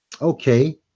okay